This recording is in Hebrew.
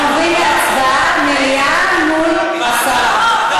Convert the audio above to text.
אנחנו עוברים להצבעה, מליאה מול הסרה.